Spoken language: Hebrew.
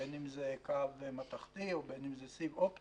בין אם זה קו מתכתי ובין אם זה סיב אופטי,